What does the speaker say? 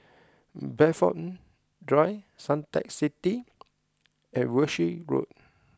Bayfront Drive Suntec City and Walshe Road